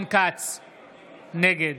נגד